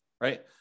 right